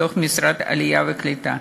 במשרד העלייה והקליטה.